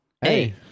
hey